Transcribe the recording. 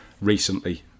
recently